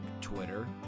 Twitter